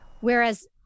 whereas